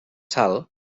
sal